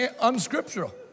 unscriptural